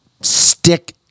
stick